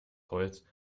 holz